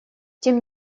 тем